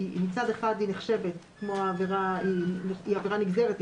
מצד אחד היא עבירה נגזרת,